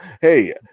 hey